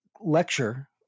lecture